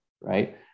right